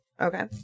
Okay